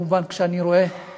כמובן, כשראיתי את